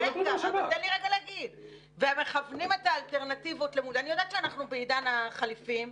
--------- אני יודעת שאנחנו בעידן החליפים,